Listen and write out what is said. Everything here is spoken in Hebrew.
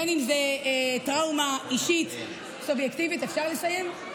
אם זו טראומה אישית סובייקטיבית, אפשר לסיים?